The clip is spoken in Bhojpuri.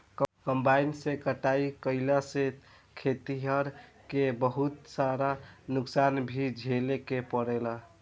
कंबाइन से कटाई कईला से खेतिहर के बहुत सारा नुकसान भी झेले के पड़ेला